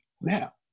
Now